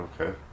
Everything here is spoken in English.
Okay